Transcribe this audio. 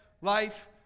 life